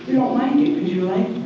don't mind it cause you like